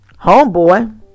homeboy